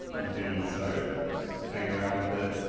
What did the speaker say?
you can start playing around with it.